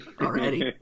already